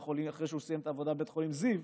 אחרי שהוא סיים את העבודה בבית החולים זיו,